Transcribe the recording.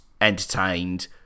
entertained